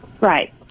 Right